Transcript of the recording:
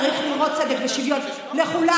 צריך לראות צדק ושוויון לכולם.